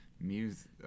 music